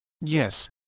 Yes